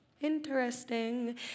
interesting